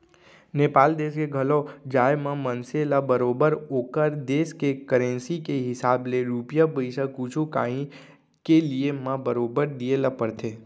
नेपाल देस के घलौ जाए म मनसे ल बरोबर ओकर देस के करेंसी के हिसाब ले रूपिया पइसा कुछु कॉंही के लिये म बरोबर दिये ल परथे